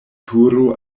turo